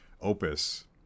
opus